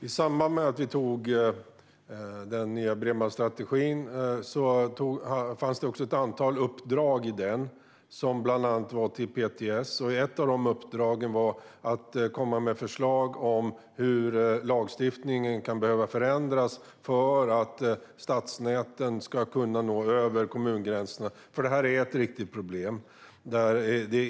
Fru talman! I samband med att vi antog den nya bredbandsstrategin gavs det ett antal uppdrag, bland annat till PTS. Ett av dessa uppdrag var att man skulle komma med förslag om hur lagstiftningen kan behöva förändras för att stadsnäten ska kunna nå över kommungränserna. Detta är nämligen ett riktigt problem.